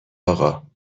اقا